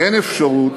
אין אפשרות,